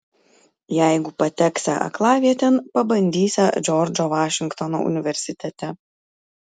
jeigu pateksią aklavietėn pabandysią džordžo vašingtono universitete